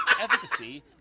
efficacy